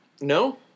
No